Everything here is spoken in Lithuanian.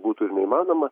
būtų ir neįmanoma